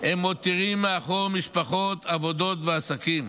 הם מותירים מאחור משפחות, עבודות ועסקים.